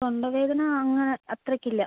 തൊണ്ട വേദന അങ്ങനെ അത്രയ്ക്കില്ല